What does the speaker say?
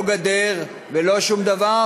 לא גדר ולא שום דבר,